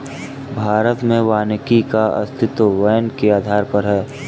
भारत में वानिकी का अस्तित्व वैन के आधार पर है